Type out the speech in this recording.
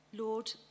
Lord